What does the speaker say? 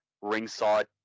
ringside